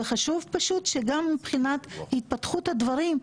וחשוב שמבחינת התפתחות הדברים,